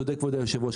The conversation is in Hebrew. כבוד היו"ר צודק,